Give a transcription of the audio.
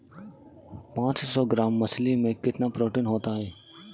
पांच सौ ग्राम मछली में कितना प्रोटीन होता है?